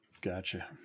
gotcha